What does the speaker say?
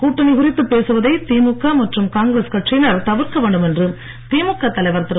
கூட்டணி குறித்து பேசுவதை திமுக மற்றும் காங்கிரஸ் கட்சியினர் தவிர்க்க வேண்டும் என்று திமுக தலைவர் திரு